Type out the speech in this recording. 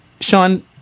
Sean